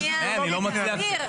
אביר,